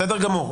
זה בסדר גמור,